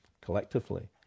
collectively